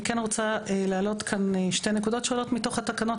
אני כן רוצה להעלות כאן שתי נקודות שונות מתוך התקנות,